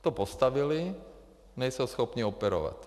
To postavili, nejsou schopni operovat.